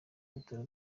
bitaro